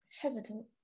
hesitant